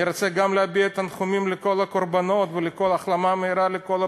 אני רוצה גם להביע תנחומים על כל הקורבנות והחלמה מהירה לכל הפצועים.